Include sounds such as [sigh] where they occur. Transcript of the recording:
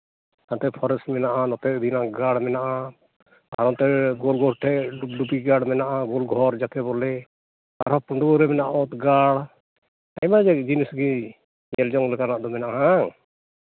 ᱦᱟᱱᱛᱮ ᱯᱷᱚᱨᱮᱥᱴ ᱢᱮᱱᱟᱜᱼᱟ ᱱᱚᱛᱮ [unintelligible] ᱜᱟᱲ ᱢᱮᱱᱟᱜᱼᱟ [unintelligible] ᱴᱷᱮᱡ ᱰᱩᱜᱽᱰᱩᱜᱤ ᱜᱟᱲ ᱢᱮᱱᱟᱜᱼᱟ ᱵᱷᱩᱞ ᱜᱷᱚᱨ ᱡᱟᱠᱮ ᱵᱚᱞᱮ ᱟᱨ ᱯᱟᱹᱰᱩᱣᱟᱹ ᱨᱮ ᱢᱮᱱᱟᱜᱼᱟ ᱚᱛ ᱜᱟᱲ ᱟᱭᱢᱟ ᱡᱤᱱᱤᱥ ᱜᱮ ᱧᱮᱞ ᱡᱚᱝ ᱞᱮᱠᱟᱱᱟᱜ ᱫᱚ ᱢᱮᱱᱟᱜᱼᱟ ᱦᱟᱝ